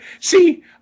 see